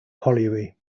colliery